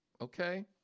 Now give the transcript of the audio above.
Okay